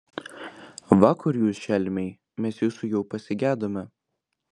va kur jūs šelmiai mes jūsų jau pasigedome